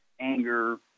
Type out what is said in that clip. anger